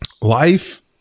life